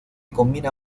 combina